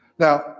Now